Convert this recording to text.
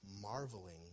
marveling